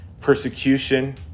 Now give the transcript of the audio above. persecution